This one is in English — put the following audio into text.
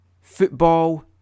football